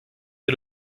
est